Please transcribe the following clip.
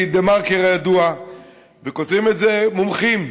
הידוע דה-מרקר וכותבים את זה מומחים: